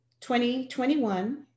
2021